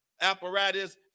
apparatus